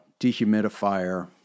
dehumidifier